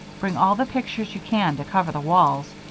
bring all the pictures you can to cover the walls,